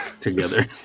together